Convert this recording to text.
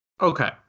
Okay